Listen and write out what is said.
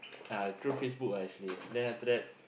ah through Facebook ah actually then after that